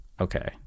Okay